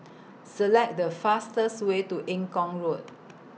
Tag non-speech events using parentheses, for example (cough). (noise) Select The fastest Way to Eng Kong Road